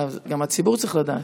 גם הציבור צריך לדעת.